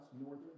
northern